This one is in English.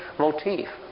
Motif